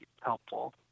helpful